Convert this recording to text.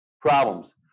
problems